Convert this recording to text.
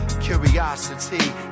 Curiosity